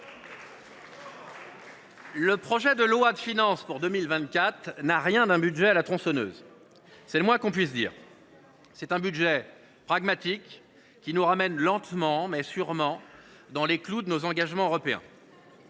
Le projet de loi de finances pour 2024 n’a rien d’un budget à la tronçonneuse ; c’est le moins que l’on puisse dire. C’est un budget pragmatique, qui nous ramène lentement, mais sûrement dans les clous de nos engagements européens.